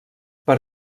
per